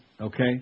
okay